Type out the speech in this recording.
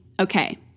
okay